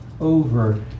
over